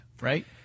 right